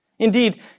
Indeed